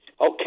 okay